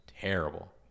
terrible